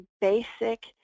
basic